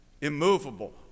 immovable